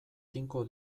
tinko